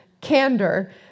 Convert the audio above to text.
candor